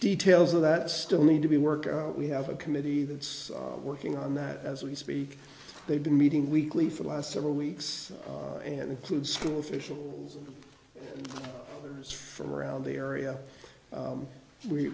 details of that still need to be worked out we have a committee that's working on that as we speak they've been meeting weekly for the last several weeks and includes school officials from around the area